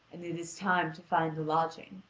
and it is time to find a lodging.